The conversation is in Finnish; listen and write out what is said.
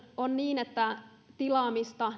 on niin että tilaamista